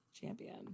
Champion